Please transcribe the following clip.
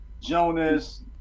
Jonas